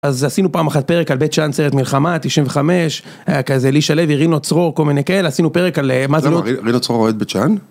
אז... עשינו פעם אחת פרק על בית שאן, סרט מלחמה, 95', היה כזה לי שלו ורינו צרור, עשינו כל מיני כאלה עשינו פרק על... מה זה, רינו צרור עובד בבית שאן?